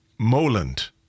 Moland